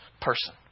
person